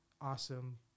awesome